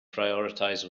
prioritize